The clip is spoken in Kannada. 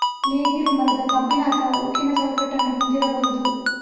ನೇಗಿಲು ಮರದ, ಕಬ್ಬಿಣ ಅಥವಾ ಉಕ್ಕಿನ ಚೌಕಟ್ಟನ್ನು ಹೊಂದಿರಬಹುದು